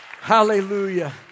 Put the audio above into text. Hallelujah